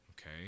okay